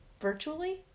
virtually